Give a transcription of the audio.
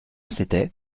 c’était